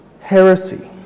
heresy